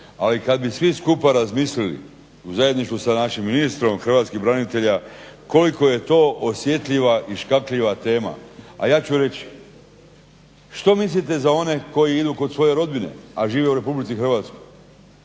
Ali kad bi svi skupa razmislili u zajedništvu sa našim ministrom hrvatskih branitelja koliko je to osjetljiva i škakljiva tema, a ja ću reći što mislite za one koji idu kod svoje rodbine, a žive u RH, idu preko